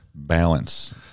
balance